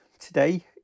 today